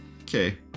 okay